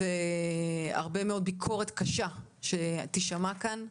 והרבה מאוד ביקורת קשה שתישמע כאן,